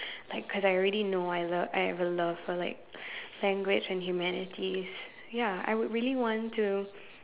like cause I already know I love I have a love for like language and humanities ya I would really want to